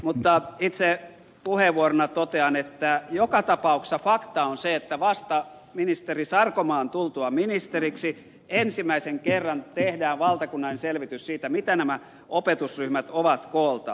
mutta itse puheenvuorona totean että joka tapauksessa fakta on se että vasta ministeri sarkomaan tultua ministeriksi ensimmäisen kerran tehdään valtakunnallinen selvitys siitä mitä nämä opetusryhmät ovat kooltaan